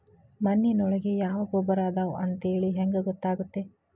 ಮಣ್ಣಿನೊಳಗೆ ಯಾವ ಯಾವ ಗೊಬ್ಬರ ಅದಾವ ಅಂತೇಳಿ ಹೆಂಗ್ ಗೊತ್ತಾಗುತ್ತೆ?